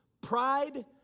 Pride